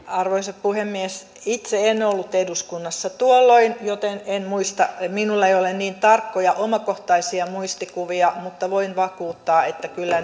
arvoisa puhemies itse en ollut eduskunnassa tuolloin joten en muista minulla ei ole niin tarkkoja omakohtaisia muistikuvia mutta voin vakuuttaa että kyllä